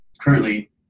currently